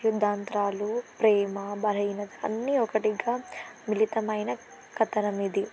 యుద్ధాంత్రాలు ప్రేమ బలహీనత అన్ని ఒకటిగా మిళితమైన కథనం ఇది